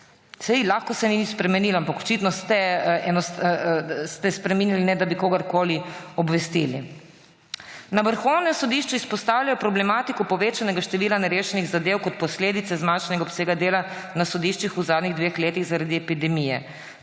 Lahko, da se ni nič spremenilo, ampak očitno ste spreminjali, ne da bi kogarkoli obvestili. Na Vrhovnem sodišču izpostavljajo problematiko povečanega števila nerešenih zadev kot posledico zmanjšanega obsega dela na sodiščih v zadnjih dveh letih zaradi epidemije.